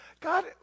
God